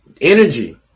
energy